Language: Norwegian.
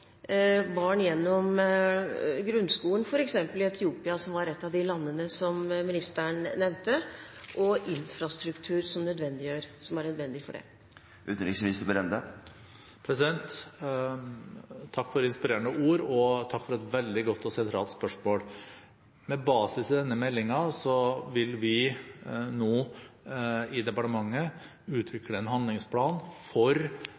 barn igjennom grunnskolen, f.eks. i Etiopia – som var et av de landene ministeren nevnte – og med nødvendig infrastruktur? Takk for inspirerende ord, og takk for et veldig godt og sentralt spørsmål. Med basis i denne meldingen vil vi i departementet utvikle en handlingsplan for